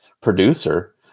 producer